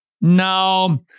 No